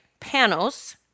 Panos